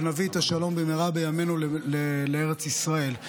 ונביא את השלום במהרה בימינו לארץ ישראל.